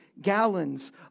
gallons